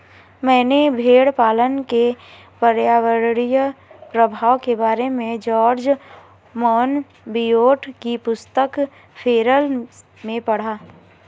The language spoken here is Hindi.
मैंने भेड़पालन के पर्यावरणीय प्रभाव के बारे में जॉर्ज मोनबियोट की पुस्तक फेरल में पढ़ा